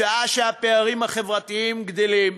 בשעה שהפערים החברתיים גדלים,